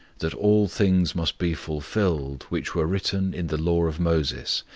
that all things must be fulfilled, which were written in the law of moses,